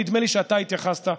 נדמה לי שאתה התייחסת,